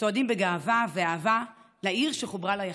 צועדים בגאווה ואהבה לעיר שחוברה לה יחדיו.